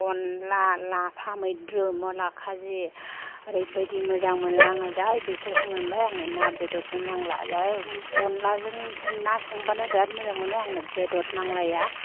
अनला लाफा मैद्रु मुला खाजि ओरैबादि मोजां मोनो आङो जै बिसोरखौ मोनबाय आंनो ना बेदरबो नांला जै अनलाजों ना संबानो बिराद मोजां मोनो आङो बेदर नांलाया